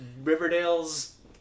Riverdale's